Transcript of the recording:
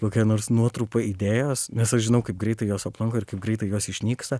kokia nors nuotrupa idėjos nes aš žinau kaip greitai jos aplanko ir kaip greitai jos išnyksta